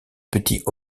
petit